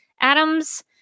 Adams